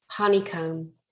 honeycomb